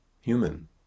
human